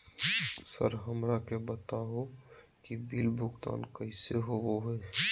Sir हमरा के बता हो कि बिल भुगतान कैसे होबो है?